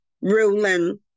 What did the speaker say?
ruling